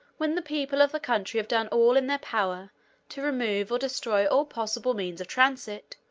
when the people of the country have done all in their power to remove or destroy all possible means of transit,